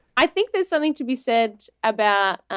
i think there's something to be said about